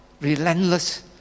relentless